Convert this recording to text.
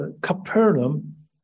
Capernaum